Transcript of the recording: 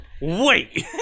Wait